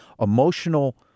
emotional